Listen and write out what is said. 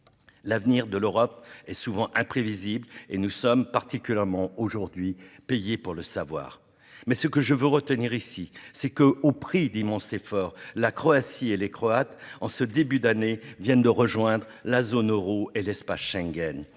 L'avenir de l'Europe est souvent imprévisible, et nous sommes, particulièrement aujourd'hui, payés pour le savoir. Mais ce que je veux retenir ici, c'est que, au prix d'immenses efforts, la Croatie vient en ce début d'année de rejoindre la zone euro et l'espace Schengen.